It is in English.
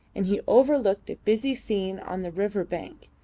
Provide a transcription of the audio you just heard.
and he overlooked a busy scene on the river bank,